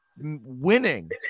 winning